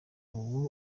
ubu